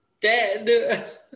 dead